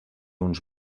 uns